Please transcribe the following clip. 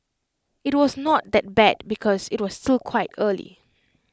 IT was not that bad because IT was still quite early